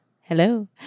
Hello